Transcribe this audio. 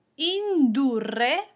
indurre